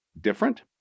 different